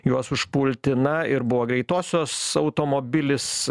juos užpulti na ir buvo greitosios automobilis